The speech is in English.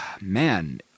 man